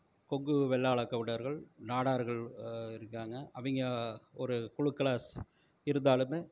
கொங்கு வெள்ளாள கவுண்டர்கள் நாடார்கள் இருக்காங்க அவங்க ஒரு குழுக்களாக இருந்தாலும்